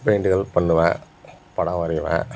வேண்டிய ஹெல்ப் பண்ணுவேன் படம் வரைவேன்